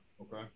okay